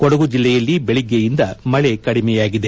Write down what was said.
ಕೊಡಗು ಜಿಲ್ಲೆಯಲ್ಲಿ ಬೆಳಗ್ಗೆಯಿಂದ ಮಳೆ ಕಡಿಮೆಯಾಗಿದೆ